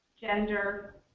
gender